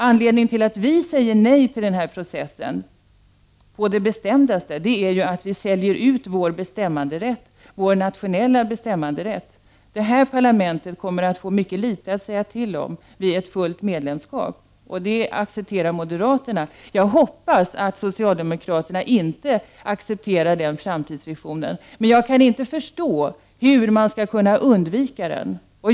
Anledningen till att vi å det bestämdaste säger nej till den här processen är att den säljer ut vår nationella bestämmanderätt. Detta parlament kommer att få mycket litet att säga till om vid ett fullt medlemskap. Moderaterna accepterar detta. Jag hoppas att socialdemokraterna inte accepterar den framtidsvisionen, men jag kan inte förstå hur den skall kunna undvikas.